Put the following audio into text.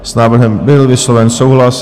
S návrhem byl vysloven souhlas.